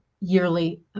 yearly